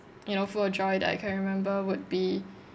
you know full of joy that I can remember would be